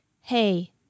hey